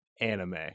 anime